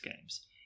games